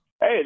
Hey